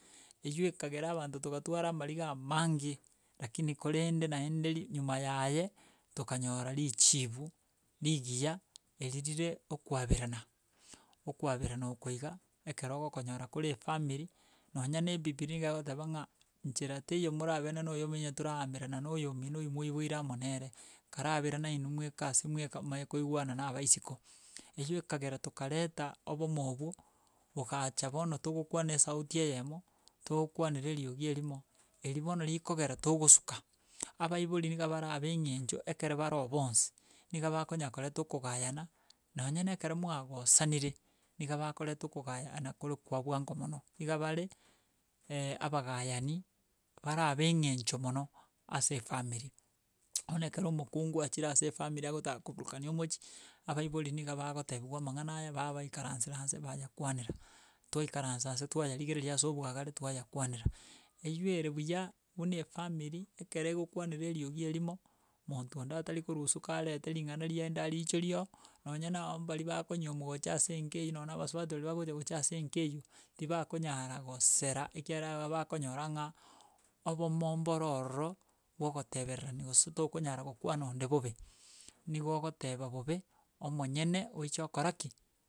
Eywo ekagera abanto togatwara amariga amange lakini korende naende ri nyuma yaye, tokanyora richibu, rigiya, eri rire okwaberana. Okwaberana oko iga, ekero ogokonyora kore efamiri, nonya na ebibiri nigo egoteba ng'a nchera teiyo morabe na oyomo onye toraamerana na oyo omino oywo moibweire amo nere, kara berana inwe mweka ase mweka momanye koigwana na abaisiko. Eywo ekagera tokareta obomo obwo ogacha bono togokwana esauti eyemo, togokwanera eriogi erimo erio bono rikogera togosuka. Abaibori niga barabe eng'encho ekere baro bonsi, niga bakonya koreta okogayana nonye na ekero mwagosanire, niga bakoreta okogayana kore kwa bwango mono. Iga bare, abagayani, barabe eng'encho mono ase efamiri. Bono ekero omokungu achire ase efamiri agotaka koburukani omochi, abaibori niga bagotebiwa amang'ana aya babaikarensera nse bayakwanera, twaikaransa nse twayarigereri ase obwagare twayakwanera. Eywo ere buya, buna efamiri ekero egokwanera eriogi erimo, monto onde atari korwa isiko arete ring'ana rienda ariichoria oo, nonye nabo mbaria bakonywomwa gocha ase enka eyo nonye na abasubati baria bagocha gocha ase enka eywo, tibakonyara gosera ekiagera iga bakonyora ng'a obomo mboro ororo, bwa ogotebererani gose tokonyara gokwana onde bobe, nigo ogoteba bobe, omonyene oiche okora ki.